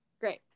Great